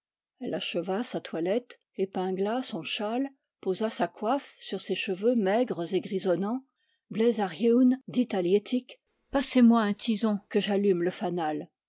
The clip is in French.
elle acheva sa toilette épingla son châle posa sa coiffe sur ses cheveux maigres et grisonnants bleiz ar yeun dit à liettik passez-moi un tison que j'allume le fanal